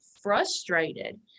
Frustrated